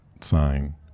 sign